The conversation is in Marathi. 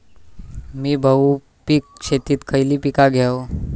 मी बहुपिक शेतीत खयली पीका घेव?